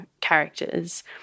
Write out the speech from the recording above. characters